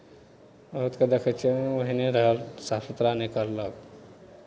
बहुतकेँ देखै छियै ओहने रहल साफ सुथरा नहि करलक